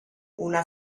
una